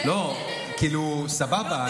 כאילו, סבבה.